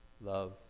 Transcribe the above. love